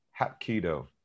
Hapkido